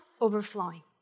overflowing